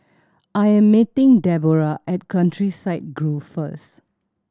I am meeting Debora at Countryside Grove first